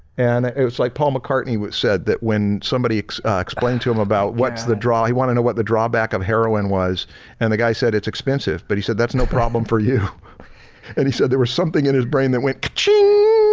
and it was like paul mccartney would say, that when somebody explained to him about what's the draw he want to know what the drawback of heroin was and the guy said it's expensive but he said that's no problem for you and he said there was something in his brain that went kachiiinggg,